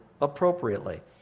appropriately